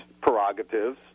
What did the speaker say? prerogatives